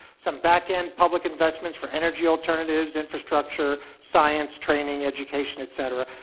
some back-end public investments for energy alternatives, infrastructure, science, training, education, et cetera,